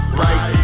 right